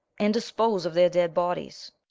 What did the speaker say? and dispose of their dead bodies